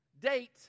date